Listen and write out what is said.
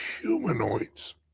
humanoids